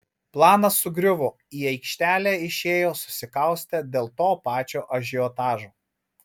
planas sugriuvo į aikštelę išėjo susikaustę dėl to pačio ažiotažo